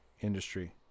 industry